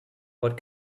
what